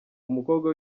umukobwa